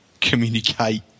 communicate